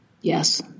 Yes